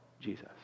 Jesus